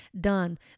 done